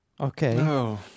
Okay